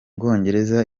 bwongereza